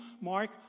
Mark